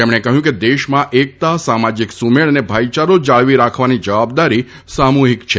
તેમણે કહ્યું કે દેશમાં એકતા સામાજિક સુમેળ અને ભાઇચારો જાળવી રાખવાની જવાબદારી સામુહિક છે